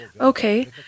Okay